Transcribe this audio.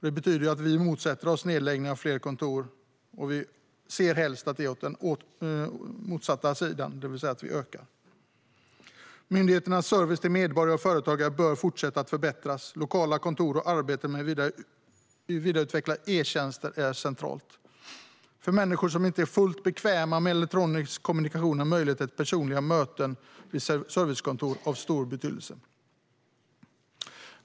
Det betyder att vi motsätter oss nedläggning av fler kontor. Vi ser helst att det går åt det motsatta hållet, det vill säga att vi ökar. Myndigheternas service till medborgare och företagare bör fortsätta att förbättras. Lokala kontor och arbete med att vidareutveckla e-tjänster är centralt. För människor som inte är fullt bekväma med elektronisk kommunikation är möjligheten till personliga möten vid ett servicekontor av stor betydelse.